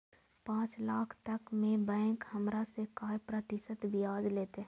पाँच लाख तक में बैंक हमरा से काय प्रतिशत ब्याज लेते?